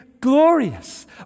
glorious